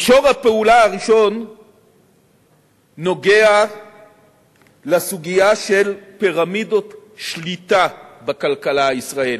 מישור הפעולה הראשון נוגע בסוגיה של פירמידות שליטה בכלכלה הישראלית,